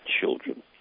children